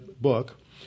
book